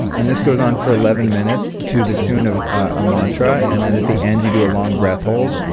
and this goes on for eleven minutes to the tune of a mantra, and then at the end, you do a long breath hold,